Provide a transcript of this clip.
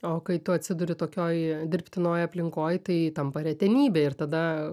o kai tu atsiduri tokioj dirbtinoj aplinkoj tai tampa retenybė ir tada